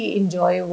enjoy